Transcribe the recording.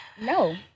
No